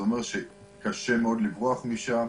זה אומר שקשה מאוד לברוח משם.